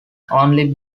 only